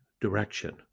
direction